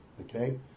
okay